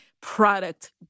product